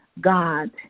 God